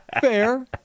Fair